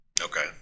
okay